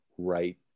right